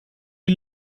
die